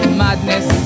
madness